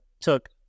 took